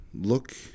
Look